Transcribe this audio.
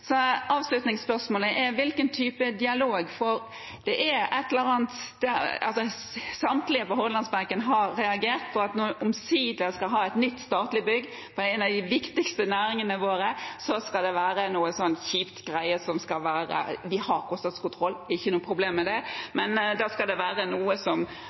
Avslutningsspørsmålet er: Hvilken type dialog? Samtlige på Hordalandsbenken har reagert på at når man omsider skal ha et nytt statlig bygg i en av de viktigste næringene våre, skal det være noen sånne kjipe greier – vi har kostnadskontroll, ikke noe problem med det – da skal det være noe